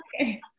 Okay